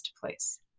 place